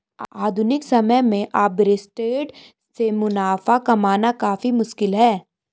आधुनिक समय में आर्बिट्रेट से मुनाफा कमाना काफी मुश्किल है